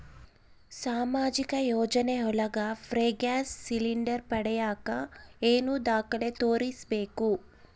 ಸಾಮಾಜಿಕ ಯೋಜನೆ ಒಳಗ ಫ್ರೇ ಗ್ಯಾಸ್ ಸಿಲಿಂಡರ್ ಪಡಿಯಾಕ ಏನು ದಾಖಲೆ ತೋರಿಸ್ಬೇಕು?